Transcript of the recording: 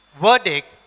verdict